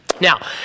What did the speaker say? Now